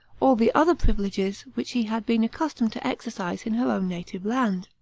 all the other privileges which she had been accustomed to exercise in her own native land.